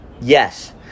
yes